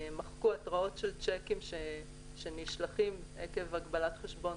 מחקו התראות של שיקים שנשלחים עקב הגבלת חשבון,